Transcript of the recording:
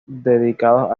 dedicados